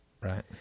Right